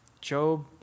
Job